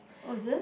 oh is it